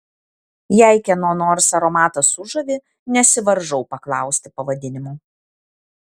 jei kieno nors aromatas sužavi nesivaržau paklausti pavadinimo